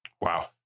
Wow